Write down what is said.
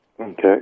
Okay